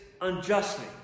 unjustly